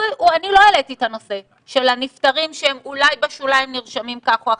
אני לא העליתי את הנושא של הנפטרים שהם אולי בשוליים נרשמים כך או אחרת.